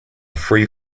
free